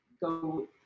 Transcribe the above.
go